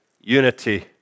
unity